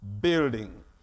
building